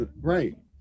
Right